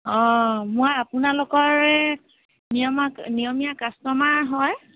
অঁ মই আপোনালোকৰে নিয়মীয়া কাষ্টমাৰ হয়